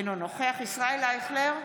אינו נוכח ישראל אייכלר,